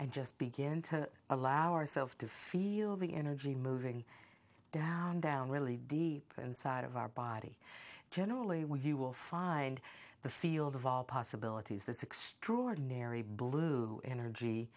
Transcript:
and just begin to allow ourselves to feel the energy moving down down really deep inside of our body generally where you will find the field of all possibilities this extraordinary blue energy